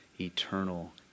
eternal